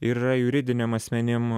ir yra juridiniam asmenim